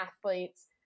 athletes